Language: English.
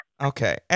Okay